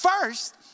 First